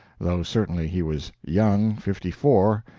though certainly he was young, fifty-four,